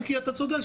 אם כי אתה צודק,